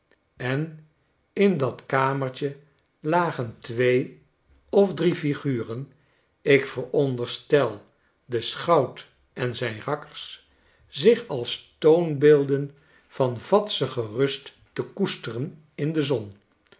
en in dat kamertje lagen twee of drie figuren ik veronderstel den schout en zijn rakkers zich als toonbeelden van vadsige rust te koesteren in de zon